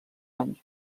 anys